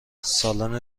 سالن